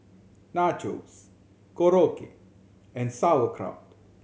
Nachos Korokke and Sauerkraut